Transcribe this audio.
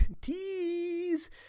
Tease